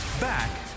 Back